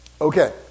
Okay